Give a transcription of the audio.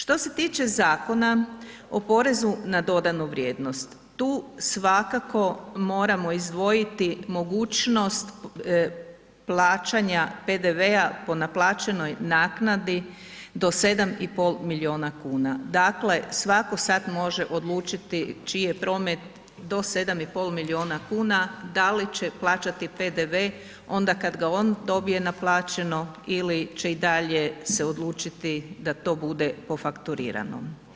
Što se tiče Zakona o porezu na dodanu vrijednost, tu svakako moramo izdvojiti mogućnost plaćanja PDV-a po naplaćenoj naknadi do 7,5 milijuna kuna, dakle svako sad može odlučiti čiji je promet do 7,5 milijuna kuna da li će plaćati PDV onda kad ga on dobije naplaćeno ili će i dalje se odlučiti da to bude po fakturiranom.